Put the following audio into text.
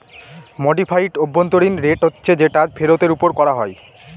modified অভ্যন্তরীন rate হচ্ছে যেটা ফেরতের ওপর করা হয়